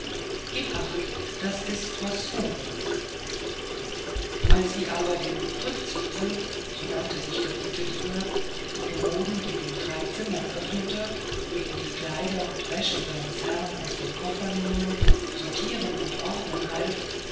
gib acht das ist was vornehmes als sie aber dem brktzwisl so nannte sich der gute alte diener die kommoden in den drei zimmern öffnete ihm die kleider und wäsche seines herrn aus den koffern nehmen sortieren und ordnen half